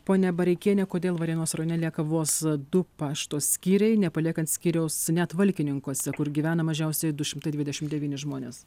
ponia bareikiene kodėl varėnos rajone lieka vos du pašto skyriai nepaliekant skyriaus net valkininkuose kur gyvena mažiausiai du šimtai dvidešim devyni žmonės